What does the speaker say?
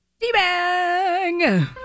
D-Bang